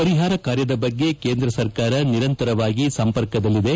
ಪರಿಪಾರ ಕಾರ್ಯದ ಬಗ್ಗೆ ಕೇಂದ್ರ ಸರ್ಕಾರ ನಿರಂತವಾಗಿ ಸಂಪರ್ಕದಲ್ಲಿದೆ